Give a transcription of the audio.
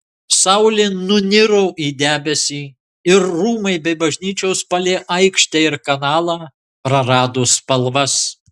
saulė nuniro į debesį ir rūmai bei bažnyčios palei aikštę ir kanalą prarado spalvas